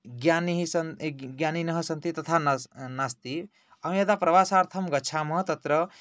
ज्ञानिनः सन्ति तथा नास्ति अहं यदा प्रवासार्थं गच्छामि तत्र